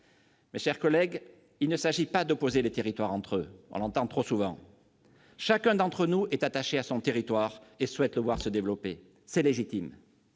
Mes chers collègues, il ne s'agit pas d'opposer les territoires entre eux, comme on l'entend trop souvent ; chacun d'entre nous est attaché à son territoire et souhaite le voir se développer. C'est légitime.